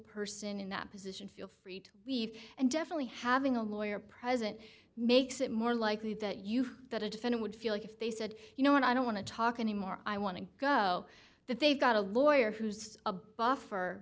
person in that position feel free to leave and definitely having a lawyer present makes it more likely that you that a defendant would feel like if they said you know what i don't want to talk anymore i want to go that they've got a lawyer who's a buffer